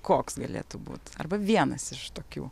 koks galėtų būt arba vienas iš tokių